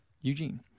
Eugene